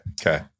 Okay